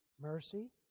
mercy